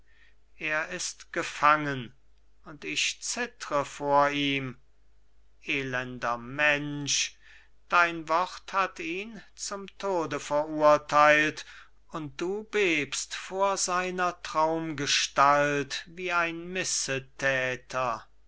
er ist gefangen und ich zittre vor ihm elender mensch dein wort hat ihn zum tode verurteilt und du bebst vor seiner traumgestalt wie ein missetäter